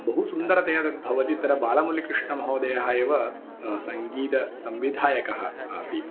बहु सुन्दरतया तद्भवति तत्र बालमुरलिकृष्णमहोदयः एव सङ्गीतसंविधायकः आसीत्